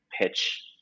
pitch